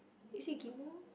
is it Ghim-moh